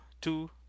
two